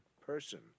person